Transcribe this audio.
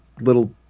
little